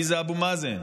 מי זה אבו מאזן?